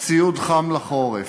חם לחורף,